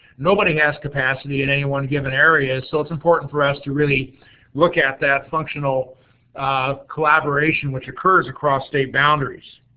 nobody has capacity in any one given area, so it's important for us to really look at that functional collaboration which occurs across state boundaries.